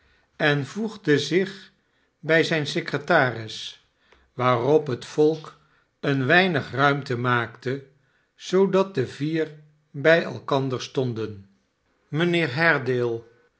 en voegde zich bij zijn secretaris waarop het volk een weinig ruimte maakte zoodat de vier bij elkander stonden